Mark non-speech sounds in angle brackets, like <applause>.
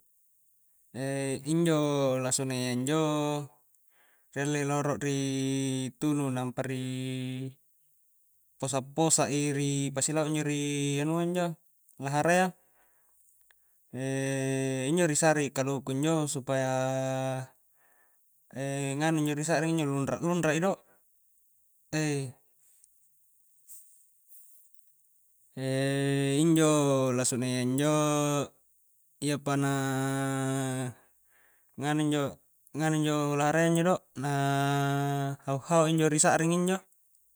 <hesitation> injo lasunayya injo ri alle rolo ri tunu nampa ri posa posa i ri pasi lau i ri anua injo lahara iya <hesitation> injo ri sare kaluku kunjo supayaaa e nganu injo ri sa'ring injo lunra-lunra i do <hesitation> injo lasuna iya injo iyapa na <hesitation> nganu injo-nganu injo lahara iya do na <hesitation> hau-hau injo ri sa'ring injo.